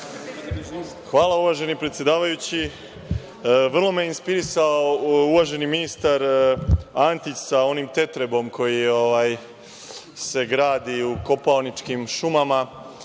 Hvala, uvaženi predsedavajući. Vrlo me je inspirisao uvaženi ministar Antić sa onim tetrebom koji se gradi u kopaoničkim šumama